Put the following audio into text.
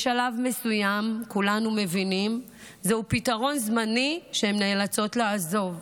בשלב מסוים כולנו מבינים שזהו פתרון זמני שהן נאלצות לעזוב.